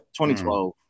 2012